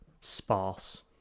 sparse